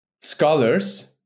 Scholars